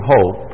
hope